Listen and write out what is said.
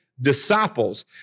disciples